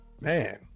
man